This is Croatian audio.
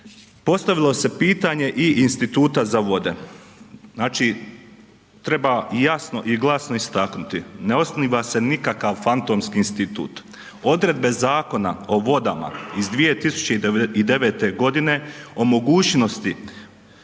Postavilo se pitanje i instituta za vode, znači treba i jasno i glasno istaknuti. Ne osniva se nikakav fantomski institut, odredbe Zakona o vodama iz 2009. o mogućnosti